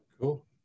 Cool